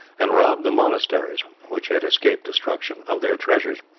and robbed the monasteries, which had escaped destruction, of their treasures.